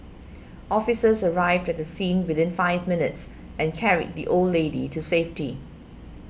officers arrived at the scene within five minutes and carried the old lady to safety